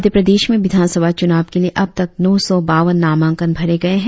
मध्य प्रदेश में विधानसभा चुनव के लिए अब तक नौ सौ बावन नामांकन भरे गए है